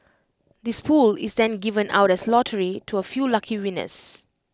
this pool is then given out as lottery to A few lucky winners